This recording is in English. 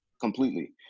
completely